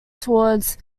towards